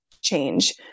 change